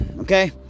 okay